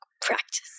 practice